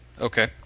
Okay